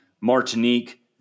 Martinique